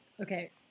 Okay